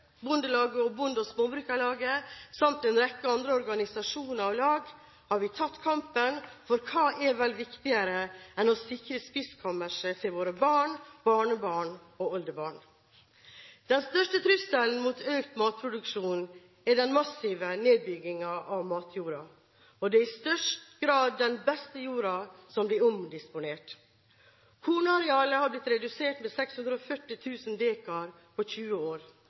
Småbrukarlaget samt en rekke andre organisasjoner og lag har vi tatt kampen, for hva er vel viktigere enn å sikre spiskammeret til våre barn, barnebarn og oldebarn. Den største trusselen mot økt matproduksjon er den massive nedbyggingen av matjorda. Det er i størst grad den beste jorda som blir omdisponert. Kornarealet har blitt redusert med 640 000 dekar på 20 år,